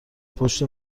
پشت